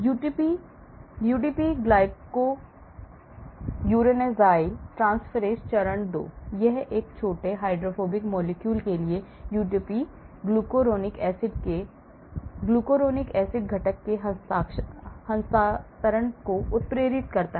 UDP glucuronosyl transferase चरण 2 यह एक छोटे hydrophobic molecule के लिए यूडीपी ग्लुकुरोनिक एसिड के ग्लुकुरोनिक एसिड घटक के हस्तांतरण को उत्प्रेरित करता है